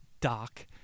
Doc